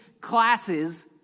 classes